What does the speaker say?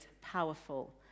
powerful